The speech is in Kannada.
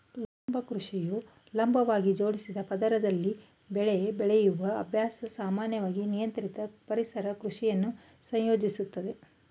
ಲಂಬ ಕೃಷಿಯು ಲಂಬವಾಗಿ ಜೋಡಿಸಿದ ಪದರದಲ್ಲಿ ಬೆಳೆ ಬೆಳೆಯುವ ಅಭ್ಯಾಸ ಸಾಮಾನ್ಯವಾಗಿ ನಿಯಂತ್ರಿತ ಪರಿಸರ ಕೃಷಿಯನ್ನು ಸಂಯೋಜಿಸುತ್ತದೆ